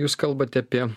jūs kalbate apie